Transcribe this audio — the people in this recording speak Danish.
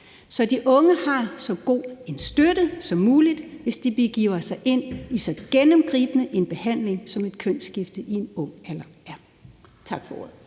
så de unge har så god en støtte som muligt, hvis de begiver sig i ind i en så gennemgribende behandling, som et kønsskifte i en ung alder er. Tak for ordet.